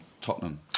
Tottenham